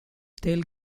tale